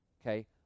Okay